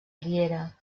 riera